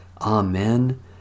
Amen